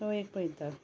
तो एक पळयता